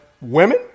women